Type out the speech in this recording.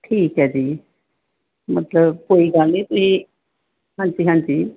ਠੀਕ ਹੈ ਜੀ ਮਤਲਬ ਕੋਈ ਗੱਲ ਨਹੀਂ ਤੁਸੀਂ ਹਾਂਜੀ ਹਾਂਜੀ